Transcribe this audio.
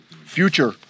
future